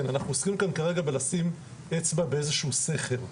אנחנו עוסקים כאן כרגע בלשים אצבע באיזה שהוא שכר.